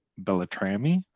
Bellatrami